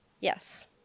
yes